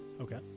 Okay